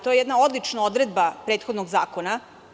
To je jedna odlična odredba prethodnog zakona.